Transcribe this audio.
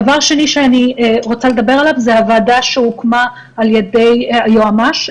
דבר שני שאני רוצה לדבר עליו זה הוועדה שהוקמה על ידי היועמ"ש,